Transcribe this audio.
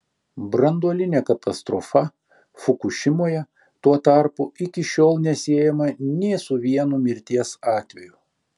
branduolinė katastrofa fukušimoje tuo tarpu iki šiol nesiejama nė su vienu mirties atveju